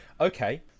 Okay